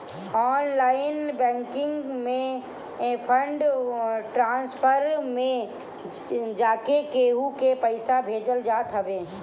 online banking में fund transfer में जाके केहू के पईसा भेजल जात हवे